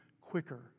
quicker